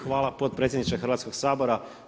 Hvala potpredsjedniče Hrvatskog sabora.